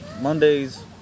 Mondays